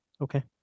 Okay